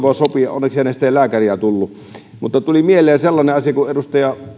onneksi hänestä ei lääkäriä tullut mutta tuli mieleen sellainen asia että kun